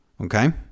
okay